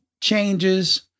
changes